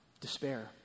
Despair